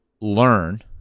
learn